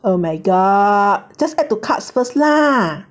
oh my god just add to carts first lah